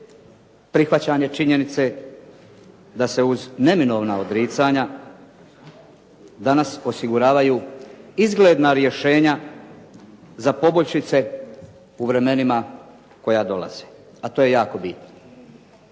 prihvaćanje činjenice da se uz neminovna odricanja danas osiguravaju izgledna rješenja za poboljšice u vremenima koja dolaze, a to je jako bitno.